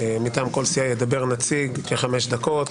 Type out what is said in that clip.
נציג ידבר חמש דקות מטעם כל סיעה.